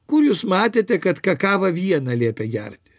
kur jūs matėte kad kakavą vieną liepia gerti